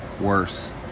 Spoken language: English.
worse